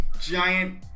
giant